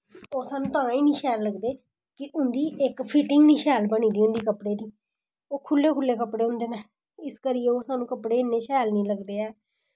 ओह् सानूं तां गै निं शैल लगदे कि उं'दी इक फिटिंग निं शैल बनी दी होंदी कपड़ें दी ओह् खुल्ले खुल्ले कपड़े होंदे न इस करियै ओह् सानूं कपड़े इन्ने शैल निं लगदे ऐ